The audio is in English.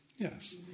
yes